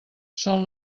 són